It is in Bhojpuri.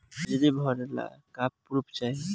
बिजली बिल भरे ला का पुर्फ चाही?